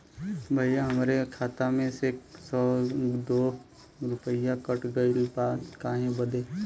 भईया हमरे खाता मे से सौ गो रूपया कट गइल बा काहे बदे?